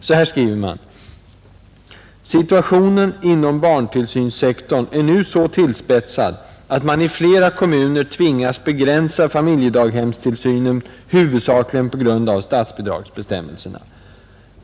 Så här skriver man: ”Situationen inom barntillsynssektorn är nu så tillspetsad, att man i flera kommuner tvingats begränsa familjedaghemstillsynen huvudsakligen på grund av statsbidragsbestämmelserna.